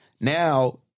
Now